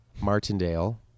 Martindale